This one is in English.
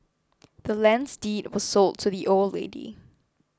the land's deed was sold to the old lady